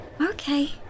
Okay